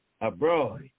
abroad